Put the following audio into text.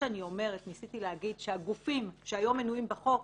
שניסיתי להגיד, שהגופים שהיום מנויים בחוק,